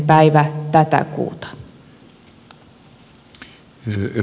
päivä tätä kuuta